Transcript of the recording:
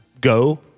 go